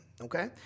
okay